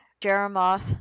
Jeremoth